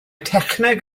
techneg